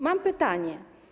Mam pytanie.